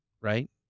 right